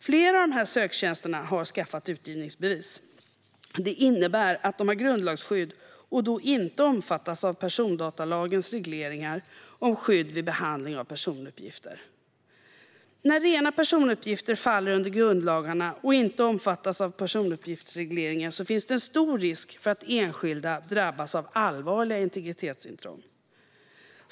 Flera av dessa söktjänster har skaffat utgivningsbevis. Det innebär att de har grundlagsskydd och att de då inte omfattas av persondatalagens regleringar om skydd vid behandling av personuppgifter. När rena personuppgifter faller under grundlagarna och inte omfattas av personuppgiftsregleringen finns en stor risk för att enskilda drabbas av allvarliga integritetsintrång.